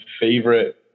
favorite